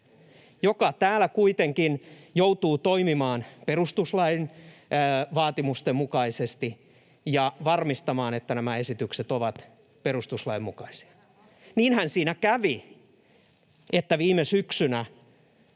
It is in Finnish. joka täällä kuitenkin joutuu toimimaan perustuslain vaatimusten mukaisesti ja varmistamaan, että nämä esitykset ovat perustuslain mukaisia. Niinhän siinä kävi, että viime syksynä